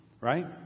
right